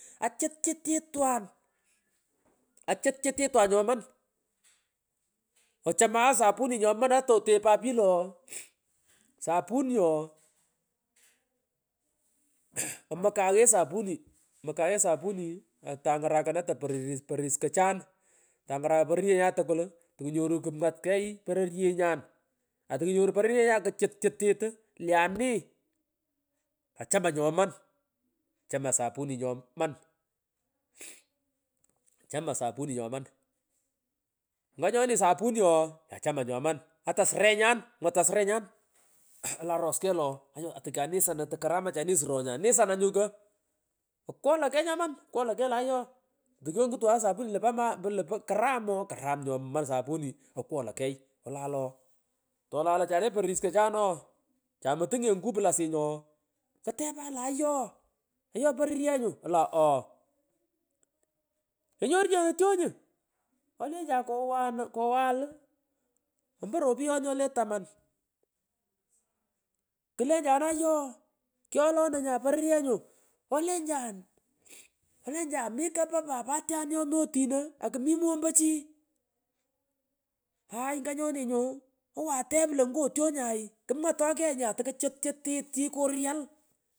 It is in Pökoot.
Achut chut chitwan achit chit chitwan nyoman swang iturun ata otepan pich lo ooh kutotegha tunyon sapuni ooh ngalan pich ikukarkor kung sughinj omokan ighe sapuni mokan ighe sapuni atangarachan otoa pororis kochantangaran pororyenyan tukul to kunyoru kumwat key pororyenyan atokunyoru pororyenyan kuchutchutit au le ani ingalan pich achaman nyoman achaman sapuni nyoman yup yomot chaman sapuni nyoman nganyoni sapuni ooh kachaman ayoman ata srenyan mwatan srenyan rai alan ros key lo ooh ayo atu srenyan mwatan srenyan rai alan ros key lo ooh ayo atu kanisanan tu karamach ani sro anisanan tukaramach ani sro anisana okwolo kag nyomani okwolan keg tolalo chale pororis kochan ooh chamotang nye ngupu lasiny ooh kutepanun to ayo ayo porovyenyu olan ooh kenyurchini ano twonyu olensan kowanikowan alu ompo ropuyon nyole taman ngalan pich klenjanu ayo kyolono nya poronyenyu olensian mi kopo papatyan nyomi otino akumi mombo ehilaay nganyoni nyuowan tep lo ngo twonyay kmwoto kagh nya tokuchutchutiat.